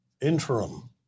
interim